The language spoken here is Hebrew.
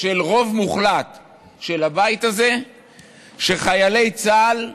של הרוב המוחלט של הבית הזה שחיילי צה"ל,